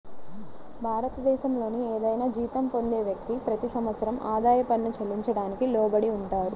భారతదేశంలోని ఏదైనా జీతం పొందే వ్యక్తి, ప్రతి సంవత్సరం ఆదాయ పన్ను చెల్లించడానికి లోబడి ఉంటారు